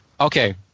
Okay